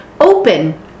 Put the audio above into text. open